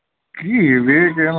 কি বে কেল